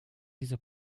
diese